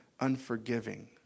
Unforgiving